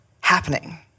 happening